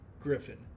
Griffin